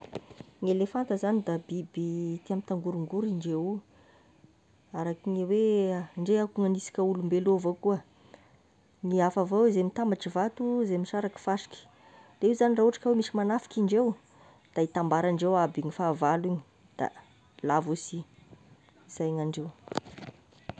Ny elefanta zagny da biby tia mitangoringorony indreo io, araka ny hoe ndreo akoa gnagnisika olombelo io avao koa, ny hafa avao izay mitambatry vato, izay misaraky fasika, de igny zagny raha ohatry ka oe misy magnafiky indreo, da hitambaran-dreo aby igny fahavalo igny, da lavo izy sy zay gn'andreo.